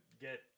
get